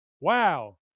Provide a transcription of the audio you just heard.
Wow